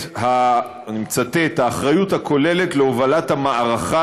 אני מצטט: את האחריות הכוללת "להובלת המערכה